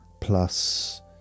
plus